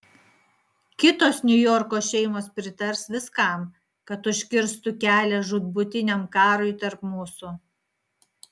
kitos niujorko šeimos pritars viskam kad užkirstų kelią žūtbūtiniam karui tarp mūsų